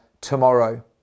tomorrow